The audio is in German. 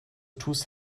tust